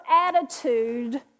attitude